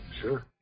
sure